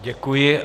Děkuji.